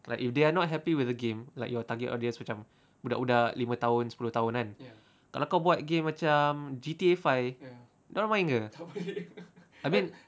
like if they are not happy with the game like your target audience macam budak-budak lima tahun sepuluh tahun kan kalau kau buat game macam G_T_A five dorang main ke I mean